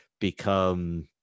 become